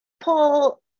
pull